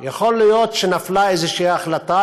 יכול להיות שנפלה איזו החלטה,